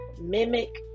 mimic